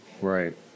Right